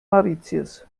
mauritius